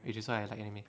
which is why I like anime